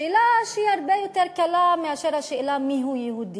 שאלה שהיא הרבה יותר קלה מאשר השאלה מיהו יהודי.